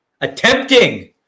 attempting